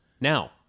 Now